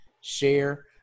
share